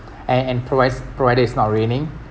and and provides provided it's not raining